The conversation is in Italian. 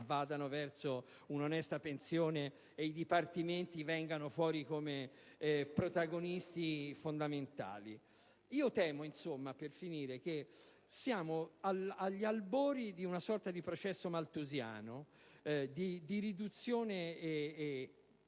andranno verso un'onesta pensione e che i dipartimenti verranno fuori come protagonisti fondamentali. In conclusione, temo che si sia agli albori di una sorta di processo malthusiano di riduzione e